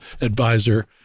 advisor